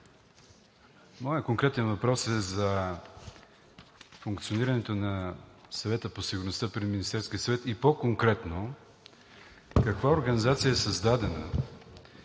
моят конкретен въпрос е за функционирането на Съвета по сигурността при Министерския съвет и по-конкретно: каква организация е създадена